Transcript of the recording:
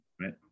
right